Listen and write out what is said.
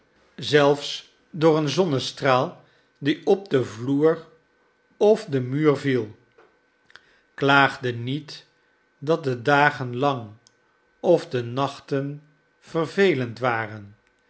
zelfs door een zonnestraal die op den vloer of den muur viel klaagde niet dat de dagen lang of de naohten verveiend waren